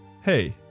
hey